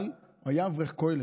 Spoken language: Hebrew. אבל הוא היה אברך כולל.